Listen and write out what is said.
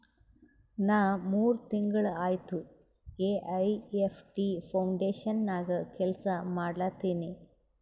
ನಾ ಮೂರ್ ತಿಂಗುಳ ಆಯ್ತ ಎ.ಐ.ಎಫ್.ಟಿ ಫೌಂಡೇಶನ್ ನಾಗೆ ಕೆಲ್ಸಾ ಮಾಡ್ಲತಿನಿ